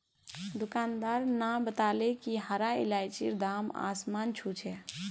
दुकानदार न बताले कि हरा इलायचीर दाम आसमान छू छ